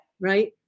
Right